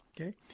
okay